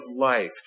life